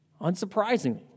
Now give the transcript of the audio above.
Unsurprisingly